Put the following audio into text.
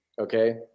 okay